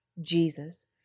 Jesus